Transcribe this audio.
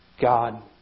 God